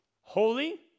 Holy